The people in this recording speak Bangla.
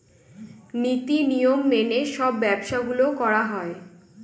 নীতি নিয়ম মেনে সব ব্যবসা গুলো করা হয়